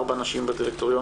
ארבע נשים בדירקטוריון.